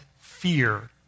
fear